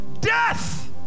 death